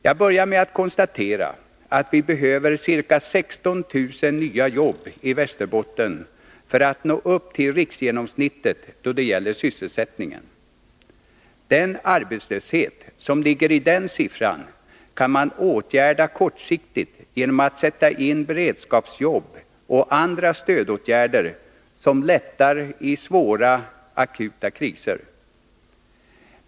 Jag börjar med att konstatera att vi behöver ca 16000 nya jobb i Västerbotten för att nå upp till riksgenomsnittet då det gäller sysselsättningen. Den arbetslöshet som ligger i den siffran kan man åtgärda kortsiktigt genom att sätta in beredskapsjobb och andra stödåtgärder som lättar i svåra, akuta kriser.